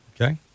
Okay